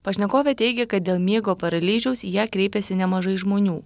pašnekovė teigia kad dėl miego paralyžiaus į ją kreipėsi nemažai žmonių